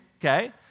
okay